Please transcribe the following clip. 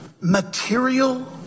material